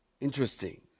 Interesting